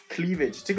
Cleavage